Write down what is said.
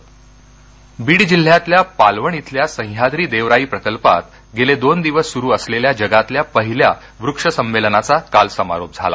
वृक्ष संमेलन बीड बीड जिल्ह्यातल्या पालवण क्विल्या सह्याद्री देवराई प्रकल्पात गेले दोन दिवस सुरू असलेल्या जगातल्या पहिल्या वृक्ष संमेलनाचा काल समारोप झाला